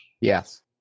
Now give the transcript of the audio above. Yes